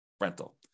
rental